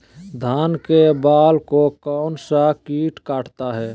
धान के बाल को कौन सा किट काटता है?